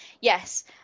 yes